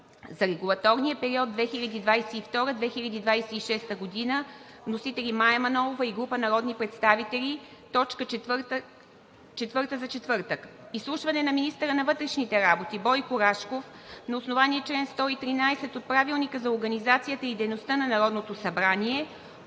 за регулаторния период 2022 – 2026 г. Вносители: Мая Манолова и група народни представители – точка четвърта за четвъртък. 11. Изслушване на министъра на вътрешните работи Бойко Рашков на основание чл. 113 от Правилника за организацията и дейността на Народното събрание